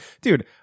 dude